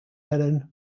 lennon